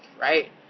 right